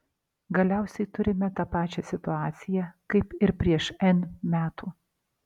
galiausiai turime tą pačią situaciją kaip ir prieš n metų